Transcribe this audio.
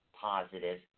positive